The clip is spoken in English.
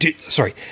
Sorry